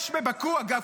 אגב,